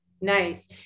nice